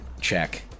check